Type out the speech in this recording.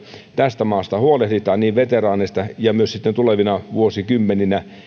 tästä maasta ja veteraaneista huolehditaan ja huolehditaan myös sitten tulevina vuosikymmeninä siitä